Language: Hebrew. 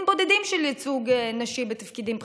בודדים של ייצוג נשים בתפקידים בכירים,